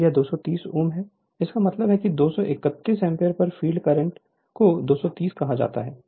और यह 230 Ω है इसका मतलब है कि 231 एम्पीयर पर फील्ड करंट को 230 कहा जाता है